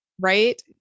right